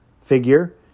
figure